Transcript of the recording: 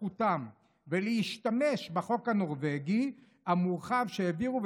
זכותם ולהשתמש בחוק הנורבגי המורחב שהעבירו,